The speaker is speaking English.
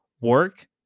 work